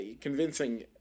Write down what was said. convincing